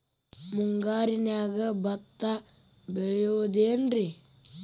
ಮುಂಗಾರಿನ್ಯಾಗ ಭತ್ತ ಬೆಳಿಬೊದೇನ್ರೇ?